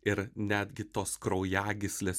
ir netgi tos kraujagyslės